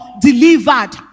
delivered